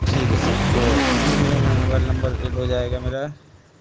ٹھیک ہے سر تو کتنے دنوں میں موبائل نمبر ایڈ ہو جائے گا میرا